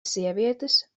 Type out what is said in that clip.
sievietes